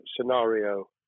scenario